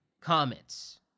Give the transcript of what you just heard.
comments